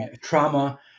trauma